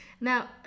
Now